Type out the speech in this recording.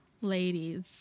ladies